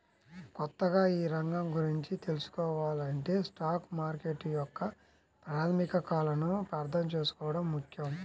కొత్తగా ఈ రంగం గురించి తెల్సుకోవాలంటే స్టాక్ మార్కెట్ యొక్క ప్రాథమికాలను అర్థం చేసుకోవడం ముఖ్యం